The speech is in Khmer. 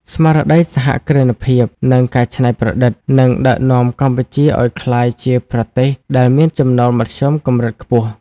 ស្មារតីសហគ្រិនភាព និងការច្នៃប្រឌិត នឹងដឹកនាំកម្ពុជាឱ្យក្លាយជាប្រទេសដែលមានចំណូលមធ្យមកម្រិតខ្ពស់។